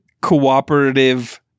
cooperative